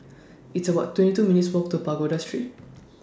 It's about twenty two minutes' Walk to Pagoda Street